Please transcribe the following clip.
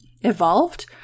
evolved